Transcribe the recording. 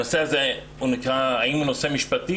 הנושא הזה, האם הוא נושא משפטי?